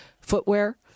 footwear